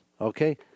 Okay